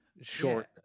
short